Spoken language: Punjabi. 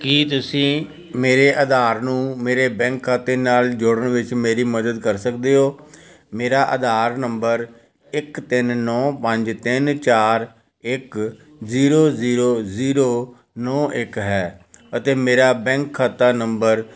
ਕੀ ਤੁਸੀਂ ਮੇਰੇ ਆਧਾਰ ਨੂੰ ਮੇਰੇ ਬੈਂਕ ਖਾਤੇ ਨਾਲ ਜੋੜਨ ਵਿੱਚ ਮੇਰੀ ਮਦਦ ਕਰ ਸਕਦੇ ਹੋ ਮੇਰਾ ਆਧਾਰ ਨੰਬਰ ਇੱਕ ਤਿੰਨ ਨੌ ਪੰਜ ਤਿੰਨ ਚਾਰ ਇੱਕ ਜੀਰੋ ਜੀਰੋ ਜੀਰੋ ਨੌ ਇੱਕ ਹੈ ਅਤੇ ਮੇਰਾ ਬੈਂਕ ਖਾਤਾ ਨੰਬਰ